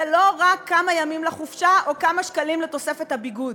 זה לא רק כמה ימים לחופשה או כמה שקלים לתוספת הביגוד.